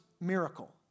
miracle